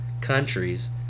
Countries